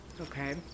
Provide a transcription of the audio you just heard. Okay